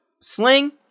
sling